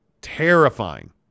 terrifying